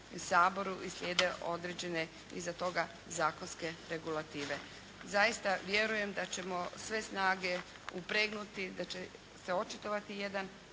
i slijede određene iza toga zakonske regulative. Zaista vjerujem da ćemo sve snage upregnuti, da će se očitovati jedan